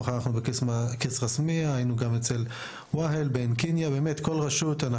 מחר אנחנו ב -- היינו גם אצל ואיל בעין קיניה ונגיע לכל רשות.